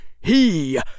He